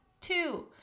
two